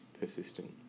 persistent